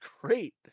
great